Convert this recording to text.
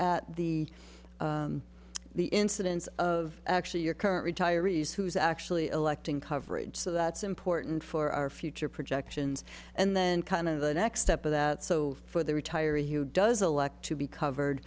at the the incidence of actually your current retirees who's actually electing coverage so that's important for our future projections and then kind of the next step of that so for the retiree who does elect to be covered